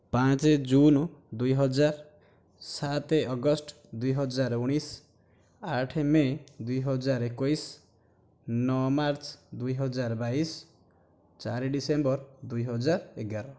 ପାଞ୍ଚ ଜୁନ ଦୁଇହଜାର ସାତ ଅଗଷ୍ଟ ଦୁଇହଜାର ଉଣେଇଶ ଆଠ ମେ ଦୁଇହଜାର ଏକୋଇଶ ନଅ ମାର୍ଚ୍ଚ ଦୁଇହଜାର ବାଇଶ ଚାରି ଡିସେମ୍ବର ଦୁଇହଜାର ଏଗାର